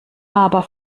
aber